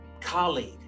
colleague